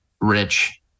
rich